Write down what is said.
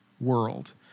world